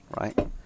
right